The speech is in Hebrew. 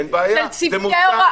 אין היום מצב של חסינות